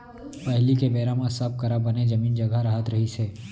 पहिली के बेरा म सब करा बने जमीन जघा रहत रहिस हे